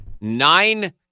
nine